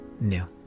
new